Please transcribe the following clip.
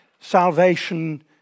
salvation